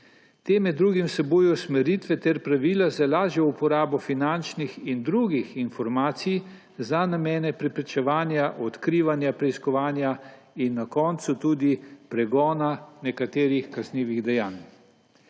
Te med drugim vsebujejo usmeritve ter pravila za lažjo uporabo finančnih in drugih informacij za namene preprečevanja, odkrivanja, preiskovanja in na koncu tudi pregona nekaterih kaznivih dejanj.